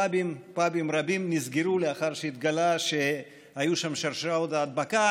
פאבים רבים נסגרו לאחר שהתגלה שהיו שם שרשראות הדבקה.